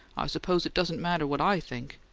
i suppose it doesn't matter what i think!